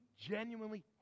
genuinely